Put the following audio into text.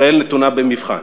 ישראל נתונה במבחן,